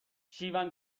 شیون